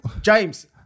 James